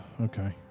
okay